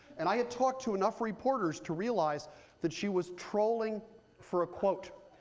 and i had talked to enough reporters to realize that she was trolling for a quote.